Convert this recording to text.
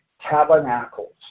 tabernacles